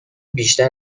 بیشتر